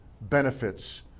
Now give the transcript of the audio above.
benefits